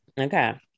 okay